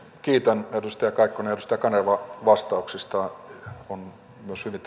kiitän edustaja kaikkonen ja edustaja kanerva vastauksista on myös hyvin